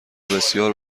بسیار